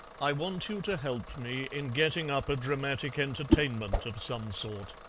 i want you to help me in getting up a dramatic entertainment of some sort,